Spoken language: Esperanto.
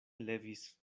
levis